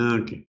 okay